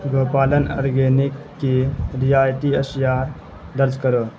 Gopalan organic کی رعایتی اشیاء درج کرو